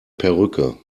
perücke